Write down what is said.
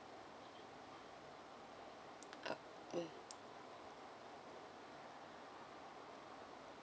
uh mm